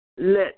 let